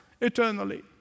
eternally